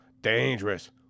dangerous